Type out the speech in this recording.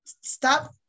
stop